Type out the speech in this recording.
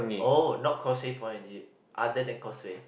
oh not Causeway Point is it other than Causeway